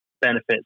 benefits